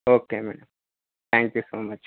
okay madam thank you so much